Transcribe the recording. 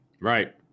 Right